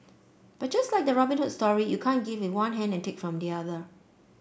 but just like the Robin Hood story you can't give with one hand and take from the other